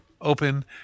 open